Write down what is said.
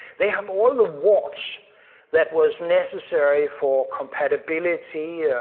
they have all the warts that was necessary for compatibility,